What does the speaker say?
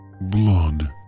Blood